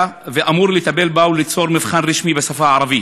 ואמור לטפל בה וליצור מבחן רשמי בשפה הערבית.